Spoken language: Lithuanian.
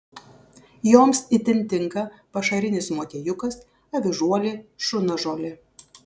joms itin tinka pašarinis motiejukas avižuolė šunažolė